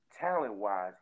talent-wise